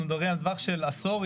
אנחנו מדברים על טווח של עשור,